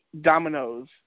dominoes